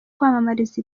kwamamaza